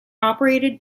operated